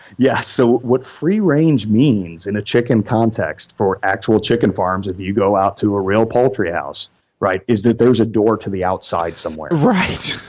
yeah so what free range means in a chicken context for actual chicken farms if you go out to a real poultry house is that there's a door to the outside somewhere. right.